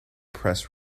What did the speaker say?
press